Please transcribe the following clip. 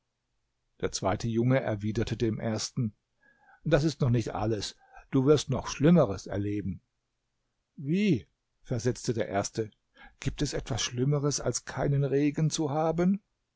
der zweite junge erwiderte dem ersten das ist noch nicht alles du wirst noch schlimmeres erleben wie versetzte der erste gibt es etwas schlimmeres als keinen regen zu haben